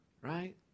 right